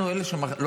אנחנו אלה שלא